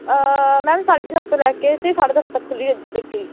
ma'am ਸਾਢੇ ਨੌਂ ਤੋਂ ਲੈ ਕੇ ਅਤੇ ਸਾਢੇ ਦਸ ਤੱਕ ਖੁੱਲ੍ਹੀ ਰਹਿੰਦੀ ਬੇਕਰੀ